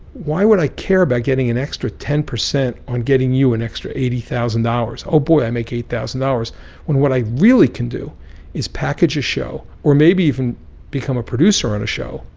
why would i care about getting an extra ten percent on getting you an extra eighty thousand dollars oh, boy, i make eight thousand dollars when what i really can do is package a show or maybe even become a producer on a show,